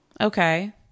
okay